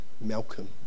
Malcolm